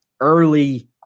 early